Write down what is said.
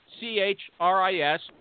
C-H-R-I-S